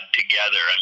together